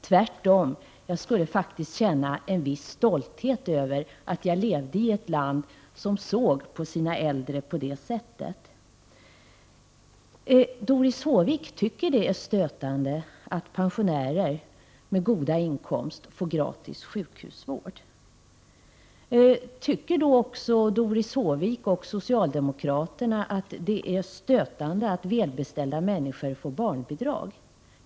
Tvärtom, jag skulle känna en viss stolthet över att leva i ett land som såg på sina äldre på det sättet. Doris Håvik tycker det är stötande att pensionärer med goda inskomster får gratis sjukhusvård. Tycker då också Doris Håvik och socialdemokraterna att det är stötande att välbeställda människor får barnbidrag?